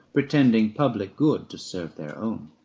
pretending public good to serve their own.